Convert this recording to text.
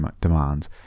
demands